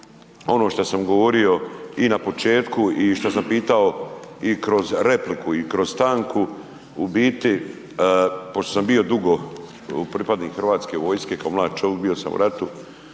ono šta sam govorio i na početku i šta sam pitao i kroz repliku i kroz stanku u biti pošto sam bio dugo pripadnik HV-a, kao mlad čovik bio sam u ratu